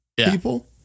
people